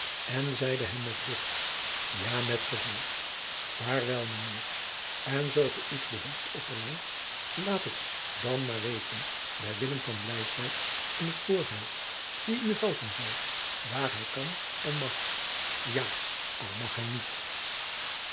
en zeide hem met drift ja met gevoel vaarwel mijnheer en zoo ge iets behoeft of verlangt laat het dan maar weten bij willem van bleiswyk in t voorhout die u helpen zal waar hij kan en mag ja al mag hij niet